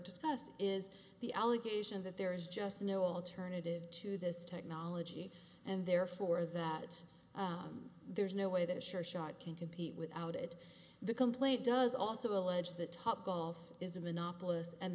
discuss is the allegation that there is just no alternative to this technology and therefore that there's no way that a sure shot can compete without it the complaint does also allege that top golf is a monopolist and